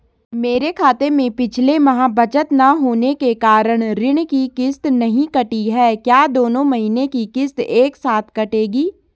मेरे खाते में पिछले माह बचत न होने के कारण ऋण की किश्त नहीं कटी है क्या दोनों महीने की किश्त एक साथ कटेगी?